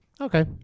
Okay